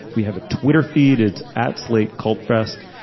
we have a twitter feed at at slate called fest.